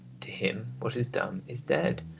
to him what is dumb is dead.